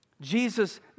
Jesus